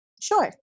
Sure